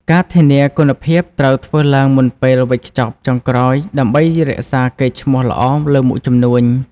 ការធានា គុណភាពត្រូវធ្វើឡើងមុនពេលវេចខ្ចប់ចុងក្រោយដើម្បីរក្សាកេរ្តិ៍ឈ្មោះល្អលើមុខជំនួញ។